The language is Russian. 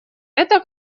это